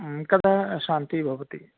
कदा अशान्तिः भवति